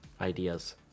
ideas